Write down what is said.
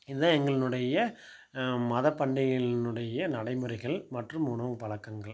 இதுதான் எங்களினுடைய மத பண்டிகைகளினுடைய நடைமுறைகள் மற்றும் உணவு பழக்கங்கள்